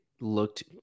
looked